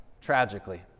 tragically